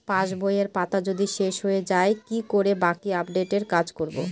পাসবইয়ের পাতা যদি শেষ হয়ে য়ায় কি করে বাকী আপডেটের কাজ করব?